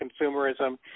consumerism